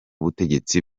butegetsi